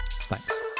Thanks